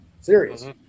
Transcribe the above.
Serious